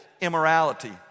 immorality